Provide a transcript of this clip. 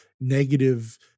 negative